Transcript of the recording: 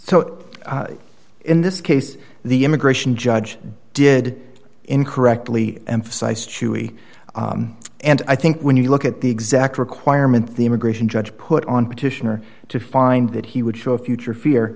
so in this case the immigration judge did incorrectly emphasize chewy and i think when you look at the exact requirements the immigration judge put on petitioner to find that he would show a future fear